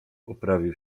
poprawił